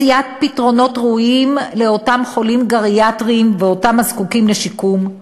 מציאת פתרונות ראויים לאותם חולים גריאטריים ואותם הזקוקים לשיקום,